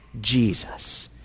Jesus